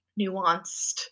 nuanced